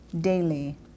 daily